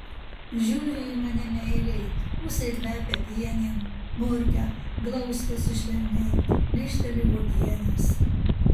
žiūri į mane meiliai ūsai kvepia pienėm murkia glaustosi švelniai lyžteli uogienės